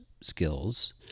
skills